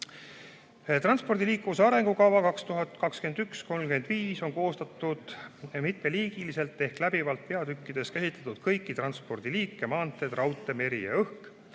"Transpordi ja liikuvuse arengukava 2021–2035" on koostatud mitmeliigiliselt ehk läbivalt on peatükkides käsitletud kõiki transpordiliike – maantee, raudtee, meri ja õhk